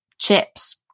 chips